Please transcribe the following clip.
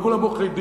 לא כולם עורכי-דין,